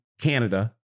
Canada